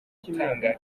gutanga